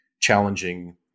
challenging